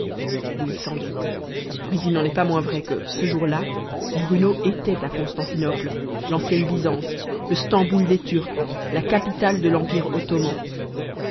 oui sans doute mais il n'en est pas moins vrai que ce jour-là bruno était à constantinople l'ancienne byzance le stamboul des turcs la capitale de l'empire ottoman